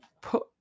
put